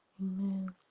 Amen